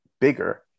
bigger